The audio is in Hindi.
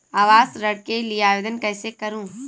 आवास ऋण के लिए आवेदन कैसे करुँ?